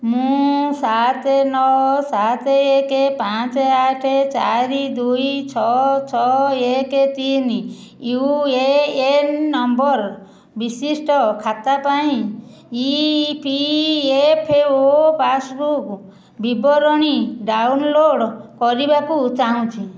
ମୁଁ ସାତ ନଅ ସାତ ଏକ ପାଞ୍ଚ ଆଠ ଚାରି ଦୁଇ ଛଅ ଛଅ ଏକ ତିନ ୟୁ ଏ ଏନ୍ ନମ୍ବର ବିଶିଷ୍ଟ ଖାତା ପାଇଁ E P F O passbook ବିବରଣୀ ଡାଉନଲୋଡ଼୍ କରିବାକୁ ଚାହୁଁଛି